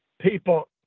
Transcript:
People